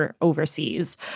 overseas